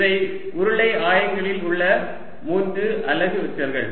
இவை உருளை ஆயங்களில் உள்ள மூன்று அலகு வெக்டர்கள்